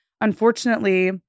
Unfortunately